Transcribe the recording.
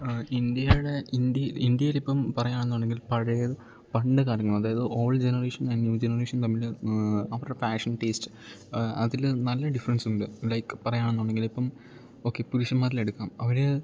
ആ ഇന്ത്യയുടെ ഇന്ത്യയിൽ ഇന്ത്യയിൽ ഇപ്പം പറയുകയാണെന്ന് ഉണ്ടെങ്കിൽ പഴയത് പണ്ട് കാലങ്ങൾ അതായത് old generation and new generation തമ്മില് അവരുടെ ഫാഷൻ ടേസ്റ്റ് അതില് നല്ല ഡിഫ്രൻസുണ്ട് ലൈക്ക് പറയാണെന്നുണ്ടെങ്കിൽ ഇപ്പം ഓക്കെ പുരുഷന്മാരിലെടുക്കാം അവര്